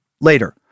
later